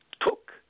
took